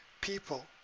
people